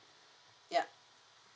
yup